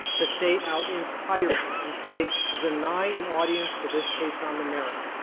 to stay out entirely and say to deny an audience to this case on the merits.